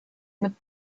mit